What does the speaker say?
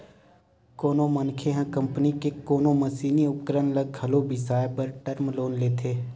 कोनो मनखे ह कंपनी के कोनो मसीनी उपकरन ल घलो बिसाए बर टर्म लोन लेथे